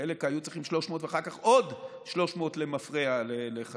חלק היו צריכים 300 ואחר כך עוד 300 למפרע לחשמל.